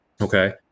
Okay